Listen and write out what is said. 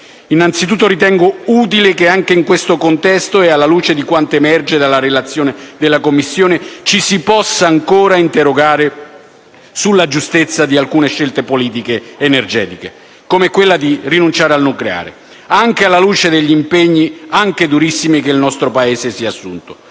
Innanzitutto ritengo utile che anche in questo contesto e alla luce di quanto emerge dalla relazione della Commissione ci si possa ancora interrogare sulla giustezza di alcune scelte di politica energetica, come quella di rinunciare al nucleare, anche alla luce degli impegni - anche durissimi - che il nostro Paese si è assunto,